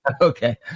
Okay